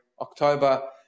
October